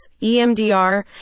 EMDR